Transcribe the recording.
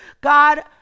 God